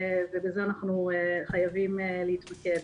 ובזה אנחנו חייבים להתמקד.